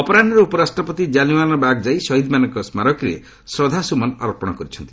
ଅପରାହ୍ନରେ ଉପରାଷ୍ଟ୍ରପତି ଜାଲିଆଁୱାଲାବାଗ୍ ଯାଇ ଶହୀଦ୍ମାନଙ୍କ ସ୍କାରକୀରେ ଶ୍ରଦ୍ଧାସୁମନ ଅର୍ପଣ କରିଛନ୍ତି